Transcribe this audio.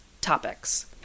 topics